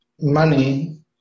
money